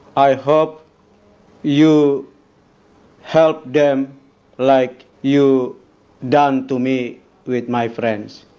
i hope you help them like you done to me with my friends.